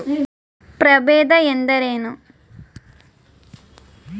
ಪ್ರಭೇದ ಎಂದರೇನು?